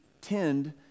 tend